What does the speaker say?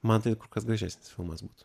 man tai kur kas gražesnis filmas būtų